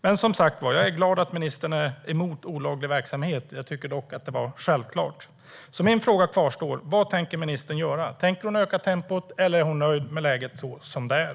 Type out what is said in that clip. Jag är som sagt glad att ministern är emot olaglig verksamhet, men jag tycker att det är självklart. Min fråga kvarstår alltså: Vad tänker ministern göra? Tänker hon öka tempot, eller är hon nöjd med läget som det är?